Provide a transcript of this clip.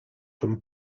from